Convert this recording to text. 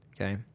okay